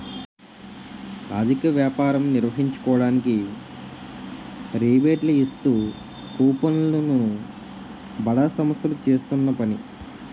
అధిక వ్యాపారం నిర్వహించుకోవడానికి రిబేట్లు ఇస్తూ కూపన్లు ను బడా సంస్థలు చేస్తున్న పని